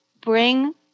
bring